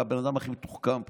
אתה הבן אדם הכי מתוחכם פה.